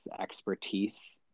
expertise